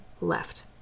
left